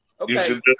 Okay